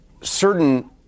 certain